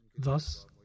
Thus